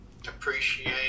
appreciate